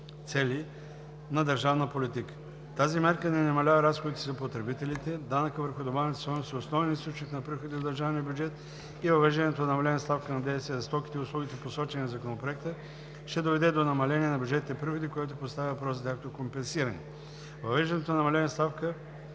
на държавна политика. Тази мярка не намалява разходите за потребителите, данъкът върху добавената стойност е основен източник на приходи в държавния бюджет и въвеждането на намалена ставка на ДДС за стоките и услугите посочени в Законопроекта ще доведе до намаление на бюджетните приходи, което поставя въпроса за тяхното компенсиране. Въвеждането на намалена ставка